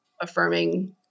affirming